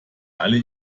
alle